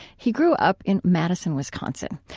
he grew up in madison, wisconsin,